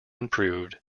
improved